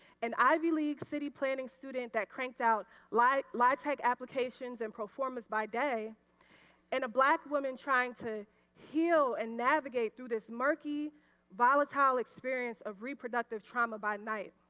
and ivy league city planning student that cranked out like like like applications and performance by day and a black woman trying to heal and navigate through this murk yy volatile experience of reproductive trauma by night.